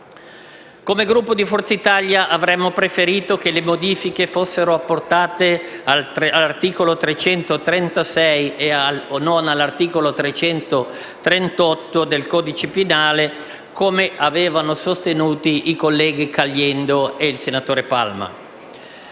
Come Gruppo di Forza Italia avremmo preferito che le modifiche fossero apportate all'articolo 336 e non già all'articolo 338 del codice penale, come avevano sostenuto i colleghi Caliendo e Palma.